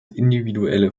individuelle